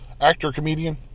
actor-comedian